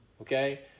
okay